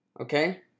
okay